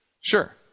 Sure